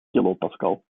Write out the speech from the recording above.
kilopascal